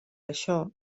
això